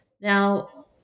Now